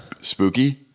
Spooky